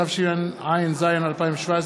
התשע"ז 2017,